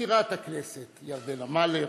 מזכירת הכנסת ירדנה מלר-הורוביץ,